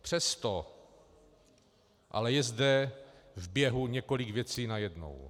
Přesto ale je zde v běhu několik věcí najednou.